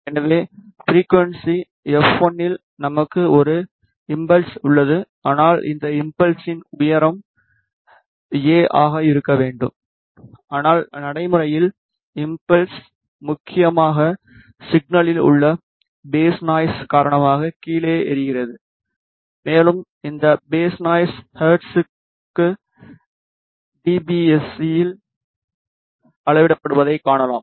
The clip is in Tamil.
எனவே ஃபிரிக்குவன்ஸி எஃப் 1 இல் நமக்கு ஒரு இம்பல்ஸ் உள்ளது ஆனால் இந்த இம்பல்ஸின் உயரம் எ ஆக இருக்க வேண்டும் ஆனால் நடைமுறையில் இம்பல்ஸ் முக்கியமாக சிக்னலில் உள்ள பேஸ் நாய்ஸ் காரணமாக கீழே எரிகிறது மேலும் இந்த பேஸ் நாய்ஸ் ஹெர்ட்ஸுக்கு டி பி சிஇல் அளவிடப்படுவதைக் காணலாம்